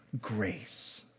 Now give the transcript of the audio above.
Grace